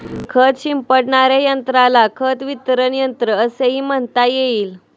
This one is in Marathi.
खत शिंपडणाऱ्या यंत्राला खत वितरक यंत्र असेही म्हणता येईल